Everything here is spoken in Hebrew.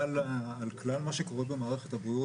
אז קודם כל יש הרבה מאוד פעילות,